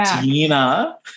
Tina